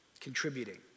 contributing